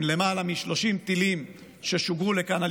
עם יותר מ-30 טילים ששוגרו לכאן על